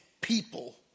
people